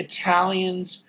Italians